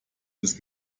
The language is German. ist